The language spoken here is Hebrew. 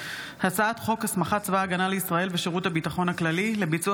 הצעת חוק הסמכת צבא הגנה לישראל ושירות הביטחון הכללי לביצוע